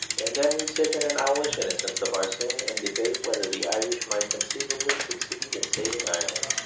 and then we sit in an owlish innocence of our sin, and debate whether the irish might conceivably succeed in saving ireland.